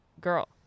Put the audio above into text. girl